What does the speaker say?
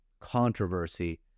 controversy